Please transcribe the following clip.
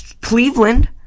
Cleveland